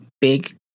big